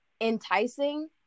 enticing